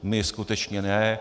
My skutečně ne.